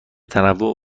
تنوع